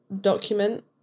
document